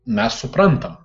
mes suprantam